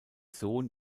sohn